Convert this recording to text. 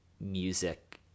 music